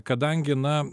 kadangi na